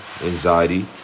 anxiety